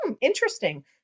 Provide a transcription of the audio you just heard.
interesting